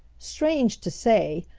strange to say,